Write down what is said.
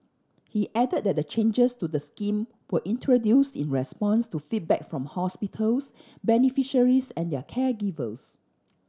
he add that the changes to the scheme were introduce in response to feedback from hospitals beneficiaries and their caregivers